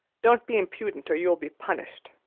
don't be impudent, or you will be punished,